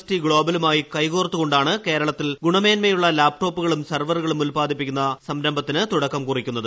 T ഗ്ലോബലുമായി ക്കെക്കോർത്തു കൊണ്ടാണ് കേരളത്തിൽ ഗുണമേന്മയുള്ള ലാപ്ടോപ്പുകളും നിർവറുകളും ഉത്പാദിപ്പിക്കുന്ന സംരംഭത്തിനു തുടക്കം കുറിക്കുത്